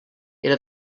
era